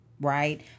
Right